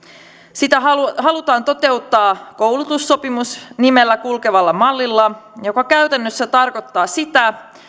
sitä halutaan halutaan toteuttaa koulutussopimus nimellä kulkevalla mallilla joka käytännössä tarkoittaa sitä